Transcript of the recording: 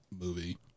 movie